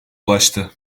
ulaştı